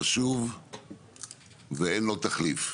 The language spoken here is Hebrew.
חשוב ואין לו תחליף,